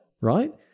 right